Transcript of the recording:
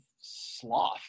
sloth